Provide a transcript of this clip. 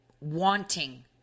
wanting